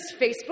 Facebook